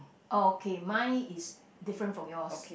okay mine is different from yours